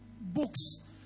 books